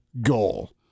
goal